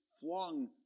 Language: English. flung